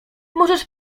możesz